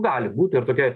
gali būti ir tokia